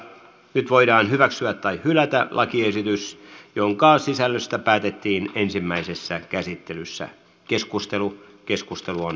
nyt voidaan hyväksyä tai hylätä lakiehdotus jonka sisällöstä päätettiin ensimmäisessä käsittelyssä keskustelua ei syntynyt